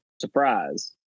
Surprise